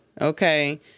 Okay